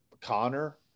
Connor